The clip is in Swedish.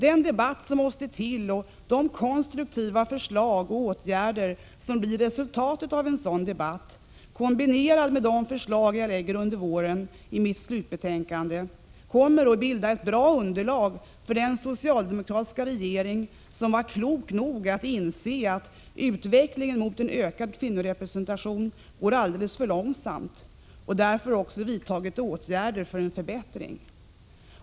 Den debatt som måste till och de konstruktiva förslag och åtgärder som blir resultatet av en sådan debatt, kombinerat med de förslag jag under våren lägger fram i mitt slutbetänkande, kommer att bilda ett bra arbetsunderlag för den socialdemokratiska regeringen, som var klok nog att inse att utvecklingen mot en ökad kvinnorepresentation går alldeles för långsamt. Därför har den också vidtagit åtgärder för en förbättring.